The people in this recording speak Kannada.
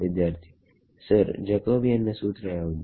ವಿದ್ಯಾರ್ಥಿಸರ್ ಜಕೋಬಿಯನ್ ನ ಸೂತ್ರ ಯಾವುದು